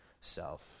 self